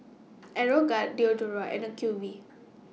Aeroguard Diadora and Acuvue